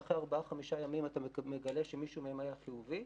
לאחר ארבעה-חמישה ימים אתה מגלה שמישהו מהם היה חיובי.